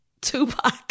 Tupac